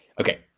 Okay